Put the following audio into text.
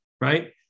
Right